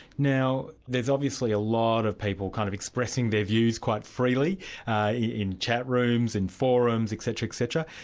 now there's obviously a lot of people kind of expressing their views quite freely in chat rooms and forums etc. etc.